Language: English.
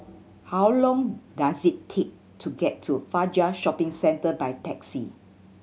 how long does it take to get to Fajar Shopping Centre by taxi